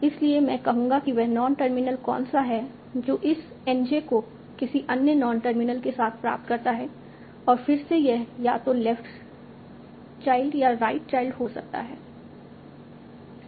इसलिए मैं कहूंगा कि वह नॉन टर्मिनल कौन सा है जो इस N j को किसी अन्य नॉन टर्मिनल के साथ प्राप्त करता है और फिर से यह या तो लेफ्ट चाइल्ड या राइट चाइल्ड हो सकता है